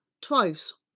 twice